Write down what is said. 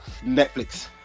Netflix